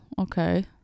okay